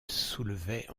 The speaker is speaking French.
soulevait